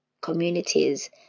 communities